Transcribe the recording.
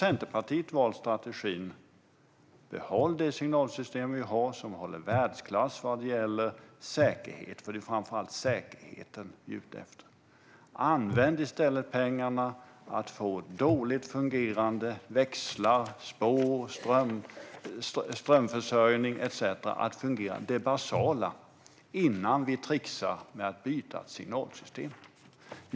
Centerpartiet har valt strategin att behålla det signalsystem vi har, som håller världsklass vad gäller säkerhet, för det är framför allt säkerheten vi är ute efter. Vi bör använda pengarna till att få det basala - dåligt fungerande växlar, spår, strömförsörjning etcetera - att fungera innan vi trixar med att byta signalsystem.